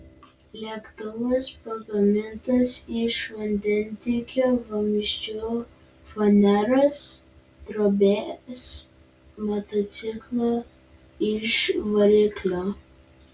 lėktuvas pagamintas iš vandentiekio vamzdžių faneros drobės motociklo iž variklio